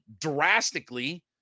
drastically